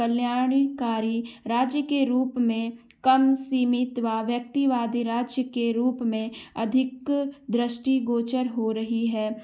कल्याणकारी राज्य के रूप में कम सीमित व व्यक्तिवादी राज्य के रूप में अधिक दृष्टि गोचर हो रही है